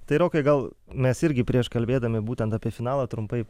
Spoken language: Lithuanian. tai rokai gal mes irgi prieš kalbėdami būtent apie finalą trumpai